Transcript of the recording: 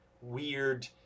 weird